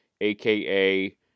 aka